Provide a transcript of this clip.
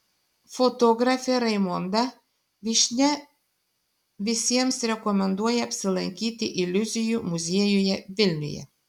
fotografė raimonda vyšnia visiems rekomenduoja apsilankyti iliuzijų muziejuje vilniuje